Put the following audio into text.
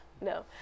no